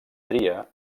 tria